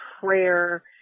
prayer